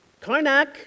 Karnak